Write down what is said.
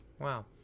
Wow